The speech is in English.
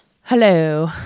Hello